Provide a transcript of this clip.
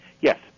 Yes